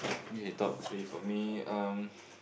okay top three for me um